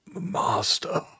Master